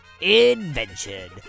invention